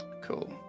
Cool